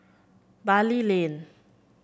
Bali Lane